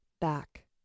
back